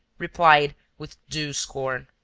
replied, with due scorn